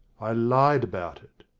i lied about it.